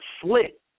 slit